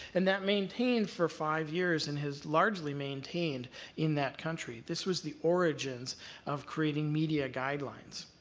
and that maintained for five years and has largely maintained in that country. this was the origins of creating media guidelines.